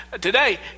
today